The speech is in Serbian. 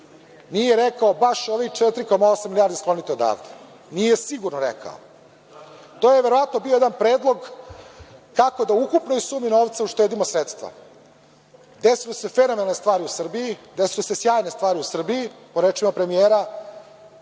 nije rekao baš ovih 4,8 milijarde sklonite odavde. Nije sigurno rekao. To je verovatno bio jedna predlog kako da ukupnoj sumi novca uštedimo sredstva. Desila se fenomenalna stvar u Srbiji, desile su se sjajne stvari u Srbiji, po rečima premijera,